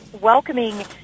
welcoming